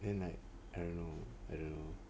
then like I don't know I don't know